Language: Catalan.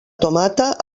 tomata